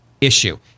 issue